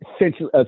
essentially